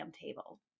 table